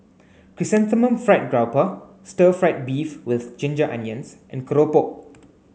chrysanthemum fried grouper stir fry beef with ginger onions and Keropok